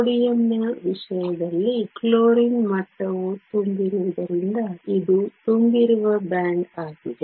ಸೋಡಿಯಂನ ವಿಷಯದಲ್ಲಿ ಕ್ಲೋರಿನ್ ಮಟ್ಟವು ತುಂಬಿರುವುದರಿಂದ ಇದು ತುಂಬಿರುವ ಬ್ಯಾಂಡ್ ಆಗಿದೆ